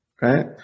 right